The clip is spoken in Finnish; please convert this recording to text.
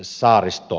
puhemies